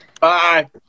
Bye